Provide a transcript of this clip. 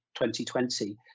2020